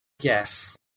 Yes